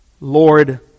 Lord